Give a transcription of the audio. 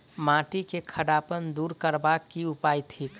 माटि केँ खड़ापन दूर करबाक की उपाय थिक?